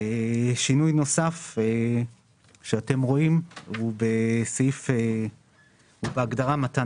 שינוי נוסף שאתם רואים הוא בהגדרה "מתן